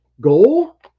goal